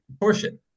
portion